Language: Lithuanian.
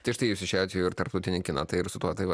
tai štai jūs išėjot jau į tarptautinį kiną tai ir su tuo tai va